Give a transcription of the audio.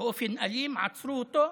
באופן אלים עצרו אותו,